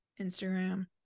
instagram